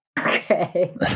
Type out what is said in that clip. Okay